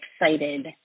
excited